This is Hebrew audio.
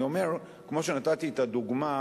אני אומר, כמו שנתתי את הדוגמה